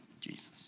Jesus